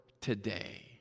today